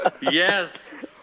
Yes